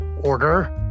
order